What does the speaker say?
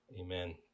Amen